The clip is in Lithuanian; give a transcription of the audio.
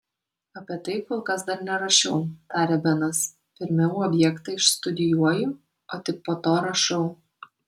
apie tai kol kas dar nerašiau tarė benas pirmiau objektą išstudijuoju o tik po to rašau